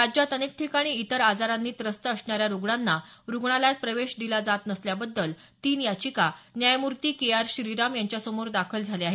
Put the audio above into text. राज्यात अनेक ठिकाणी इतर आजारांनी त्रस्त असणाऱ्या रुग्णांना रुग्णालयात प्रवेश दिला जात नसल्याबद्दल तीन याचिका न्यायमूर्ती के आर श्रीराम यांच्यासमोर दाखल झाल्या आहेत